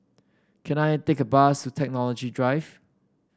can I take a bus to Technology Drive